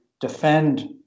defend